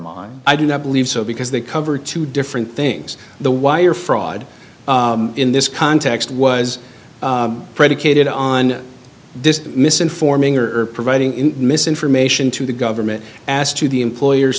mine i do not believe so because they cover two different things the wire fraud in this context was predicated on this misinforming or providing in misinformation to the government as to the employer